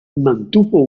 mantuvo